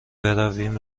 برویم